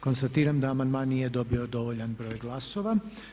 Konstatiram da amandman nije dobio dovoljan broj glasova.